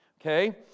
Okay